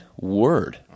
word